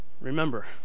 Remember